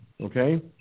Okay